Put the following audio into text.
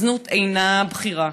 הזנות אינה בחירה.